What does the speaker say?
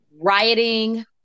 rioting